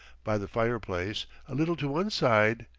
by the fireplace, a little to one side,